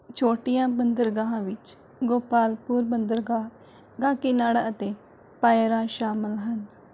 ਛੋਟੀਆਂ ਬੰਦਰਗਾਹਾਂ ਵਿੱਚ ਗੋਪਾਲਪੁਰ ਬੰਦਰਗਾਹ ਕਾਕੀਨਾੜਾ ਅਤੇ ਪਾਇਰਾ ਸ਼ਾਮਲ ਹਨ